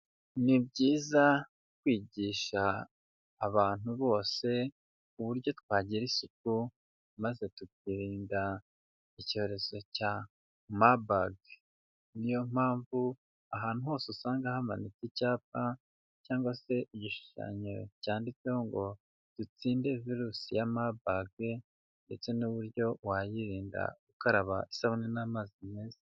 Ni byiza kwigisha abantu bose uburyo twagira isuku, maze tukirinda icyorezo cya mabage. Niyo mpamvu ahantu hose usanga hamanitse icyapa cyangwa se igishushanyo cyanditseho ngo:" Dutsinde virusi ya mabage". Ndetse n'uburyo wayirinda ukaraba isabune n'amazi meza.